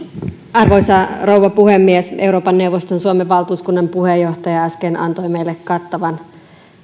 arvoisa rouva puhemies euroopan neuvoston suomen valtuuskunnan puheenjohtaja äsken antoi meille kattavan